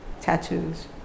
tattoos